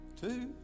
Two